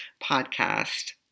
podcast